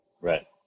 right